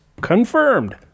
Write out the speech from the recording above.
Confirmed